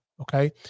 Okay